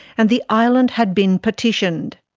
and the island had been petitioned.